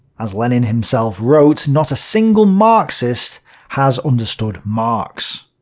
as lenin himself wrote. not a single marxist has understood marx!